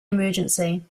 emergency